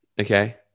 Okay